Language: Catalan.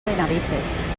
benavites